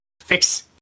Fix